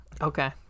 Okay